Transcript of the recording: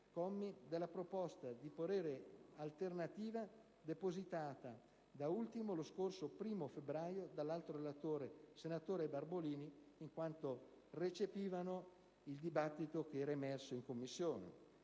della proposta di parere alternativa depositata, da ultimo, lo scorso 1° febbraio dall'altro relatore, senatore Barbolini, in quanto recepivano il dibattito emerso in Commissione.